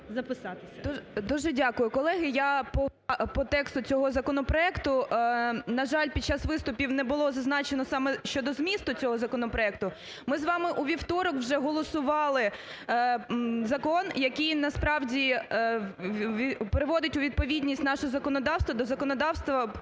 Дуже дякую. Колеги, я по тексту цього законопроекту. На жаль, під час виступів не було зазначено саме щодо змісту цього законопроекту. Ми з вами у вівторок вже голосували закон, який, насправді, переводить у відповідність наше законодавство до законодавства